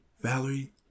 Valerie